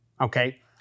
okay